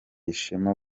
ishema